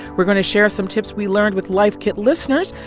we're going to share some tips we learned with life kit listeners.